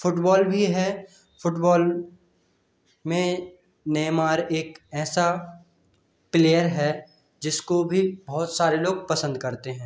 football भी है football में नेमार एक ऐसा प्लेयर है जिसको भी बहुत सारे लोग पसंद करते हैं